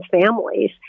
families